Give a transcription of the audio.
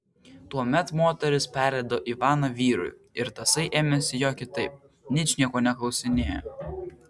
tuomet moteris perleido ivaną vyrui ir tasai ėmėsi jo kitaip ničnieko neklausinėjo